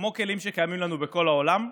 כמו כלים שקיימים לנו בכל העולם,